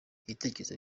ibitekerezo